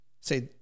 say